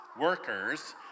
workers